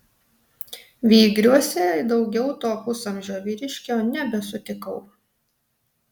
vygriuose daugiau to pusamžio vyriškio nebesutikau